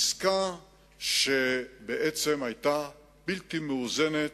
עסקה שהיתה בלתי מאוזנת,